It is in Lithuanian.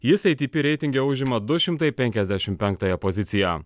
jis eitypy reitinge užima du šimtai penkiadešim penktąją poziciją